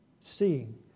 seeing